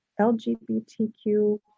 LGBTQ